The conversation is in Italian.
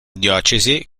diocesi